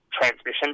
transmission